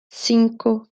cinco